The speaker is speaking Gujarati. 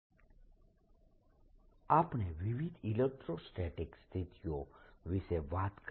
ઇલેક્ટ્રિક પોલરાઇઝેશન અને બાઉન્ડ ચાર્જીસ - I આપણે વિવિધ ઇલેક્ટ્રોસ્ટેટિક સ્થિતિઓ વિશે વાત કરી